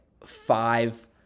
five